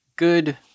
Good